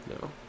No